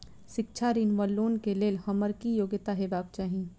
शिक्षा ऋण वा लोन केँ लेल हम्मर की योग्यता हेबाक चाहि?